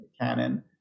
canon